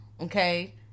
okay